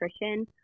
nutrition